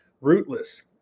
rootless